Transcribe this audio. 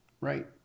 Right